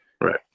Right